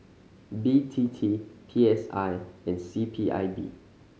B T T P S I and C P I B